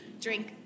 drink